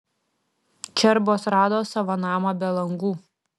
čerbos rado savo namą be langų